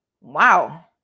wow